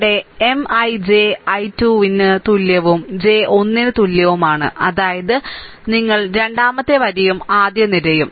ഇവിടെ M I j i 2 ന് തുല്യവും j 1 ന് തുല്യവുമാണ് അതായത് നിങ്ങൾ രണ്ടാമത്തെ വരിയും ആദ്യ നിരയും